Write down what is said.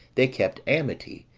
they kept amity,